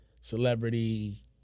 celebrity